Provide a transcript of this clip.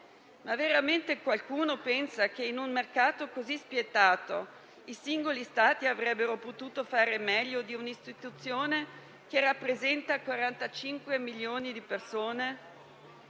Veramente qualcuno pensa che in un mercato così spietato i singoli Stati avrebbero potuto fare meglio di un'istituzione che rappresenta 450 milioni di persone?